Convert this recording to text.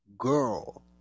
girl